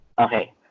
Okay